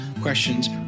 questions